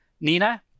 Nina